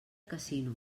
casinos